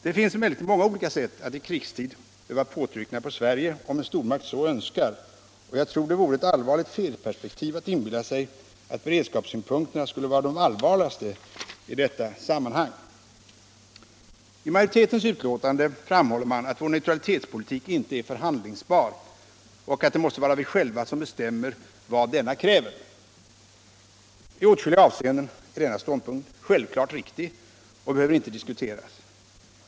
Det finns emellertid många olika sätt att i krigstid öva påtryckningar på Sverige om en stormakt så önskar, och jag tror det vore ett allvarligt felperspektiv att inbilla sig att beredskapssynpunkterna skulle vara de allvarligaste i detta sammanhang. I majoritetens utlåtande framhåller man att vår neutralitetspolitik inte är förhandlingsbar och att det måste vara vi själva som bestämmer vad denna kräver. I åtskilliga avseenden är denna ståndpunkt självklart riktig och behöver inte diskuteras.